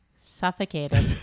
Suffocated